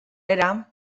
era